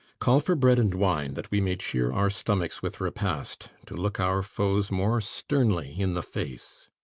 call for bread and wine, that we may cheer our stomachs with repast, to look our foes more sternly in the face.